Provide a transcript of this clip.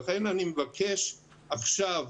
לכן, אני מבקש עכשיו,